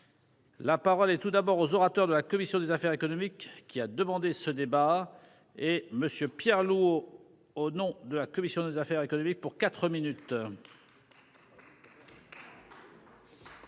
La parole et tout d'abord aux orateurs de la commission des affaires économiques qui a demandé ce débat et monsieur Pierre. Au nom de la commission des affaires économiques pour 4 minutes.